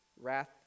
wrath